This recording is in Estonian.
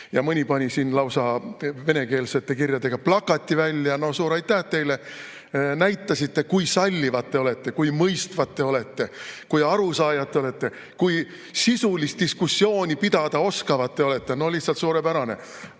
Mõni pani siin lausa venekeelsete kirjadega plakati välja. Suur aitäh teile! Näitasite, kui sallivad te olete, kui mõistvad te olete, kui arusaajad te olete, kui sisulist diskussiooni pidada oskavad te olete. No lihtsalt suurepärane!